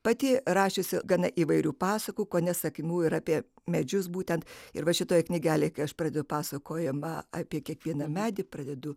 pati rašiusi gana įvairių pasakų kone sakmių ir apie medžius būtent ir va šitoje knygelėj kai aš pradedu pasakojama apie kiekvieną medį pradedu